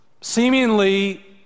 seemingly